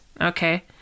okay